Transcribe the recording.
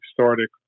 started